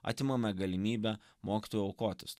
atimame galimybė mokytojui aukotis